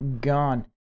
gone